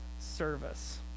service